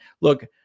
Look